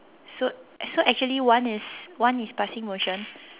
so so actually one is one is passing motion